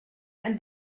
and